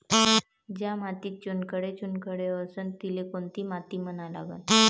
ज्या मातीत चुनखडे चुनखडे असन तिले कोनची माती म्हना लागन?